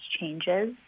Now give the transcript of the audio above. changes